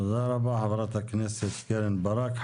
תודה רבה חברת הכנסת קרן ברק.